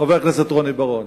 חבר הכנסת רוני בר-און.